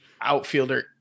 outfielder